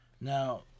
Now